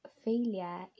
Failure